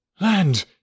Land